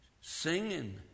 singing